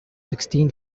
sixteen